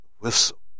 whistle